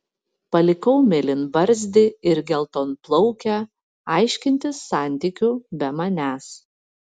palikau mėlynbarzdį ir geltonplaukę aiškintis santykių be manęs